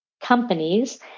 companies